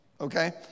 Okay